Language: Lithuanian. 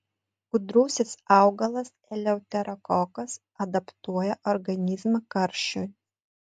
gudrusis augalas eleuterokokas adaptuoja organizmą karščiui